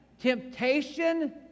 Temptation